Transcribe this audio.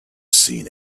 seen